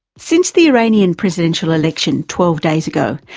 since the iranian presidential election twelve days ago,